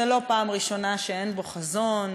זו לא הפעם הראשונה שאין בו חזון,